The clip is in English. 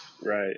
Right